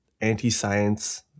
anti-science